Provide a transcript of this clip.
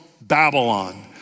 Babylon